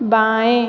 बाऍं